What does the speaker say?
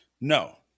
No